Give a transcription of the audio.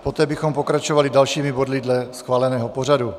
Poté bychom pokračovali dalšími body dle schváleného pořadu.